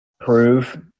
prove